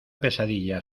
pesadilla